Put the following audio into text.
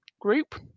group